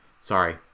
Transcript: sorry